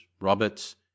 Robert's